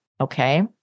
Okay